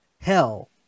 hell